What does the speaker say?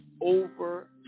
over